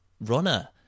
runner